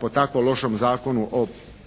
po takvom lošem zakonu,